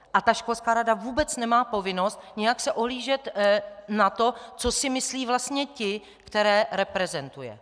A ta školská rada vůbec nemá povinnost nějak se ohlížet na to, co si myslí vlastně ti, které reprezentuje.